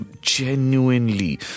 genuinely